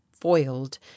foiled